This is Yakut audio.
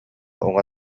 уҥа